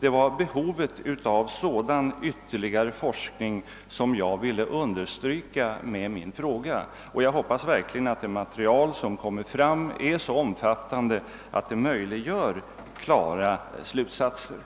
Det var behovet av sådan ytterligare forskning som jag ville understryka med min fråga. Jag hoppas verkligen att det material som kommer fram blir så omfattande att det möjliggör klara slutsatser.